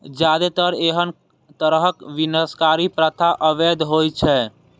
जादेतर एहन तरहक विनाशकारी प्रथा अवैध होइ छै